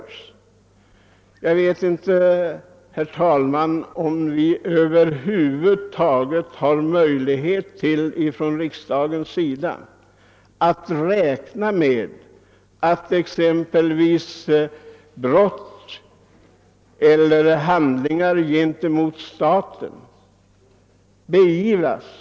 Jag vet inte, herr talman, om riksdagen över huvud taget har möjligheter att räkna med att exempelvis brott och handlingar gentemot staten skall beivras.